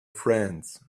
friends